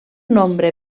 nombre